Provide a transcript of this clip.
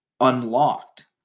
unlocked